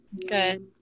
Good